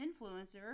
influencer